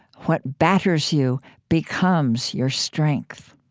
what batters you becomes your strength.